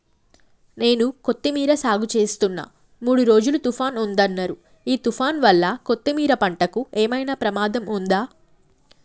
నేను కొత్తిమీర సాగుచేస్తున్న మూడు రోజులు తుఫాన్ ఉందన్నరు ఈ తుఫాన్ వల్ల కొత్తిమీర పంటకు ఏమైనా ప్రమాదం ఉందా?